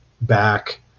back